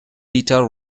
peter